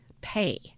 pay